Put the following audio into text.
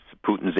Putin's